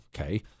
Okay